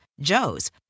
Joe's